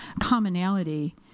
commonality